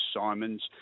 Simons